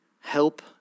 help